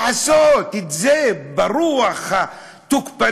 לעשות את זה ברוח התוקפנית,